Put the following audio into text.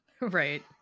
Right